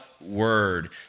word